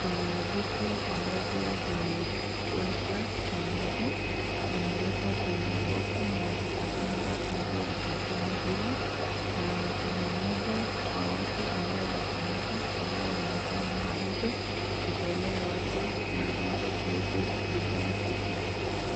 kuna vitu ambavyo vimewekwa pamoja ,vimewekwa kwenye boxi na zikapangwa nje ya kampuni hili na kuna mmoja wa watu ambao wako hapa ambao wanatoa maagizo ,kutolea watu maagizo kuhusu bidhaa hivyo.